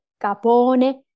capone